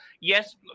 Yes